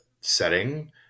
setting